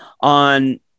on